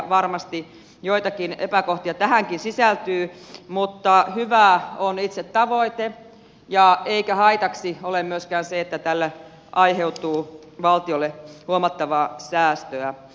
varmasti joitakin epäkohtia tähänkin sisältyy mutta hyvää on itse tavoite eikä haitaksi ole myöskään se että tällä aiheutuu valtiolle huomattavaa säästöä